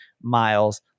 miles